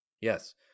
Yes